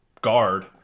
guard